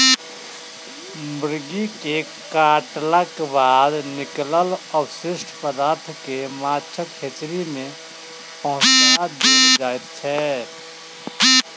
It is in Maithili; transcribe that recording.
मुर्गी के काटलाक बाद निकलल अवशिष्ट पदार्थ के माछक हेचरी मे पहुँचा देल जाइत छै